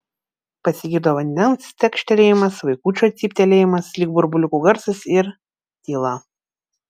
pasigirdo vandens tekštelėjimas vaikučio cyptelėjimas lyg burbuliukų garsas ir tyla